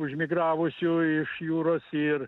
užmigravusių iš jūros ir